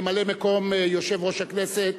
ממלא-מקום יושב-ראש הכנסת,